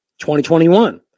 2021